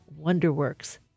WonderWorks